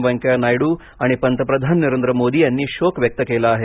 वेंकैया नायडू आणि पंतप्रधान नरेंद्र मोदी यांनी शोक व्यक्त केला आहे